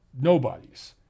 nobodies